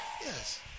Yes